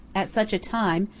at such a time,